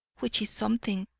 which is something,